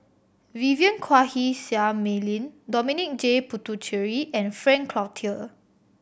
Vivien Quahe Seah Mei Lin Dominic J Puthucheary and Frank Cloutier